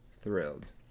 thrilled